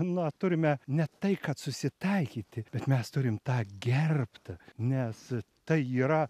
na turime ne tai kad susitaikyti bet mes turim tą gerbt nes tai yra